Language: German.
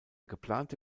geplante